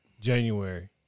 January